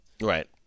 Right